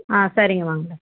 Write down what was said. ஆ சரிங்க வாங்க